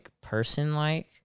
person-like